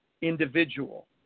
Individual